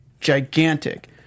gigantic